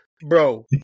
Bro